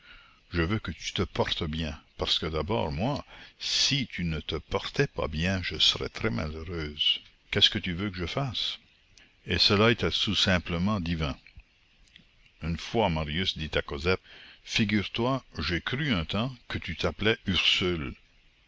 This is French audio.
je veux que tu te portes bien parce que d'abord moi si tu ne te portais pas bien je serais très malheureuse qu'est-ce que tu veux que je fasse et cela était tout simplement divin une fois marius dit à cosette figure-toi j'ai cru un temps que tu t'appelais ursule